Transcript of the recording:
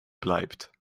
bleibt